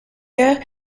heures